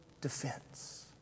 defense